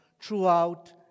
throughout